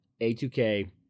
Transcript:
A2K